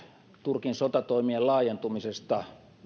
turkin sotatoimien laajentumisesta